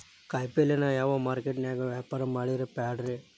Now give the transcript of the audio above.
ಕಾಯಿಪಲ್ಯನ ಯಾವ ಮಾರುಕಟ್ಯಾಗ ವ್ಯಾಪಾರ ಮಾಡಿದ್ರ ಪಾಡ್ರೇ?